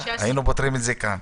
היינו פותרים את זה כאן.